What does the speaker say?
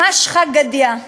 ממש חד-גדיא.